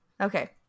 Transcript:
Okay